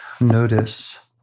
notice